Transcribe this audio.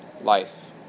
life